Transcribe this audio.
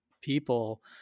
people